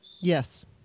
Yes